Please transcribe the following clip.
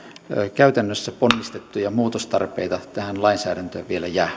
käytännössä ponnistettuja muutostarpeita tähän lainsäädäntöön